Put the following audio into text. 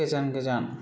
गोजान गोजान